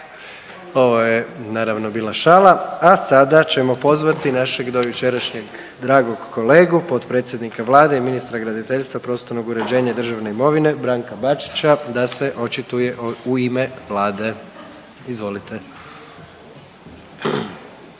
Ovo je naravno bila šala, a sada ćemo pozvati našeg dojučerašnjeg dragog kolegu potpredsjednika Vlade i ministra graditeljstva, prostornog uređenja i državne imovine Branka Bačića, da se očituje u ime Vlade. Izvolite.